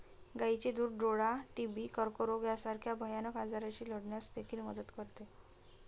गायीचे दूध डोळा, टीबी, कर्करोग यासारख्या भयानक आजारांशी लढण्यास देखील मदत करते